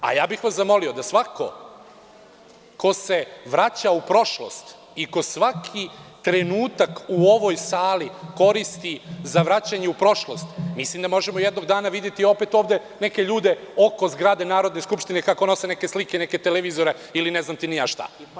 Zamolio bih vas da svako ko se vraća u prošlost i ko svaki trenutak u ovoj sali koristi za vraćanje u prošlost, mislim da možemo jednog dana videti opet ovde neke ljude oko zgrade Narodne skupštine kako nose neke slike, neke televizore ili ne znam ti ni ja šta.